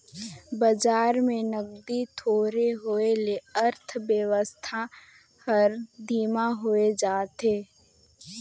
बजार में नगदी थोरहें होए ले अर्थबेवस्था हर धीमा होए जाथे